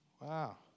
Wow